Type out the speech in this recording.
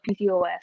pcos